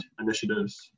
initiatives